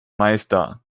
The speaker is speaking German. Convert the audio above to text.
meister